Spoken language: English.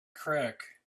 crack